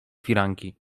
firanki